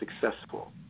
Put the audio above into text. successful